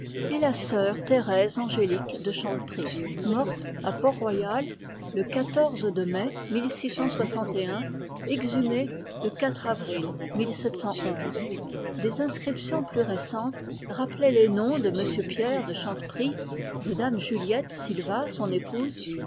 et la sœur thérèse angélique de chanteprie morte à portroyal le de mai exhumé le avril es inscriptions plus récentes rappelaient les noms de m pierre de chanteprie de dame juliette silvat son épouse